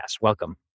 welcome